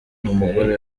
n’umugore